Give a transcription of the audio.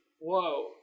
whoa